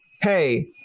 Hey